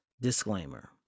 disclaimer